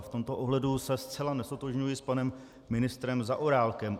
V tomto ohledu se zcela neztotožňuji s panem ministrem Zaorálkem.